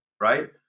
right